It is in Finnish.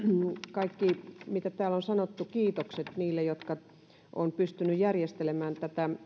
kaikki kiitokset mitä täällä on sanottu niille jotka ovat pystyneet järjestelemään